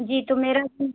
जी तो मेरा जी